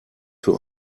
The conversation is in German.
für